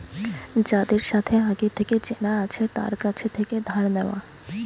যাদের সাথে আগে থেকে চেনা আছে তার কাছ থেকে ধার নেওয়া